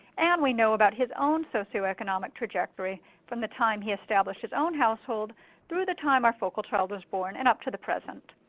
and we know about his own socioeconomic trajectory from the time he established his own household through the time our focal child was born and up to the present.